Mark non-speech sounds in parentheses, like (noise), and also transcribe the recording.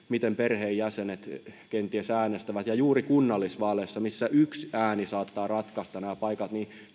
(unintelligible) miten perheenjäsenet kenties äänestävät juuri kunnallisvaaleissa missä yksi ääni saattaa ratkaista nämä paikat